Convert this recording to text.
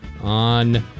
on